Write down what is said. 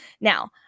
Now